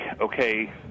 okay